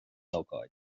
ócáid